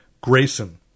grayson